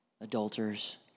adulterers